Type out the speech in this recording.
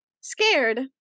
Scared